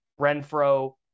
Renfro